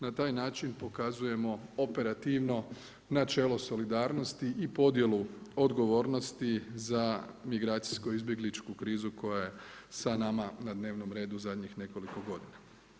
Na taj način pokazujemo operativno, načelo solidarnosti i podjelu odgovornosti za migracijsko izbjegličku krizu koja je sa nama na dnevnom redu u zadnjih nekoliko godinama.